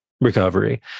recovery